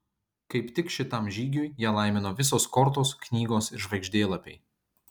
kaip tik šitam žygiui ją laimino visos kortos knygos ir žvaigždėlapiai